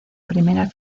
primera